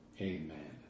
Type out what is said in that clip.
Amen